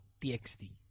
TXT